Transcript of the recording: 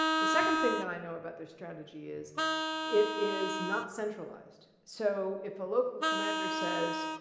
the second thing that i know about their strategy is it is not centralized. so if a local commander says,